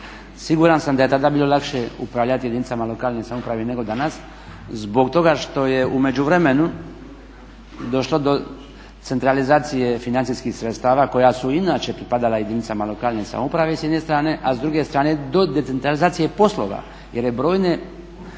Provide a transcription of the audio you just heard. Siguran sam da je tada bilo lakše upravljati jedinicama lokalne samouprave nego danas, zbog toga što je u međuvremenu došlo do centralizacije financijskih sredstava koja su i inače pripadala jedinicama lokalne samouprave s jedne strane, a s druge strane do decentralizacije poslova jer je brojne